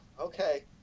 okay